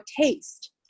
taste